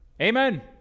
Amen